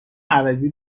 عوضی